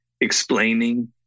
explaining